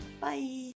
Bye